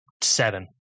seven